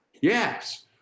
Yes